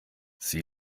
sie